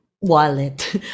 wallet